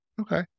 Okay